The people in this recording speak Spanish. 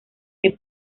que